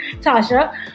Tasha